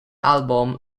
album